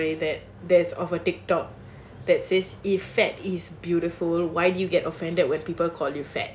someone posted on their Instagram story that there's of a Tik Tok that says if fat is beautiful why'd you get offended when people call you fat